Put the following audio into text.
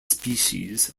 species